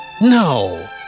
No